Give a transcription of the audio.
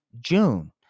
June